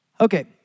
Okay